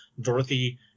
Dorothy